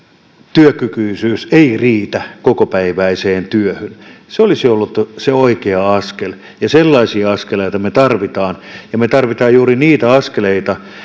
työkykyisyys ei riitä kokopäiväiseen työhön se olisi ollut se oikea askel ja sellaisia askeleita me tarvitsemme me tarvitsemme juuri niitä askeleita